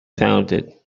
founded